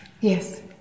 Yes